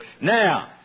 Now